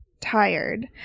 tired